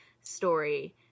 story